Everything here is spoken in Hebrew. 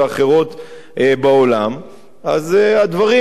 התנערותה של הממשלה מהאחריות כלפי אזרחיה.